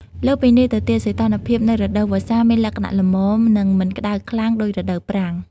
លើសពីនេះទៅទៀត សីតុណ្ហភាពនៅរដូវវស្សាមានលក្ខណៈល្មម និងមិនក្ដៅខ្លាំងដូចរដូវប្រាំង។